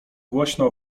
głośno